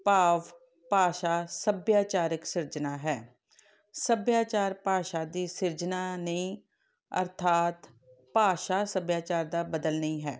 ਭਾਵ ਭਾਸ਼ਾ ਸੱਭਿਆਚਾਰਿਕ ਸਿਰਜਣਾ ਹੈ ਸੱਭਿਆਚਾਰ ਭਾਸ਼ਾ ਦੀ ਸਿਰਜਣਾ ਨਹੀਂ ਅਰਥਾਤ ਭਾਸ਼ਾ ਸੱਭਿਆਚਾਰ ਦਾ ਬਦਲ ਨਹੀਂ ਹੈ